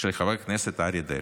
של חבר הכנסת אריה דרעי.